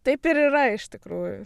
taip ir yra iš tikrųjų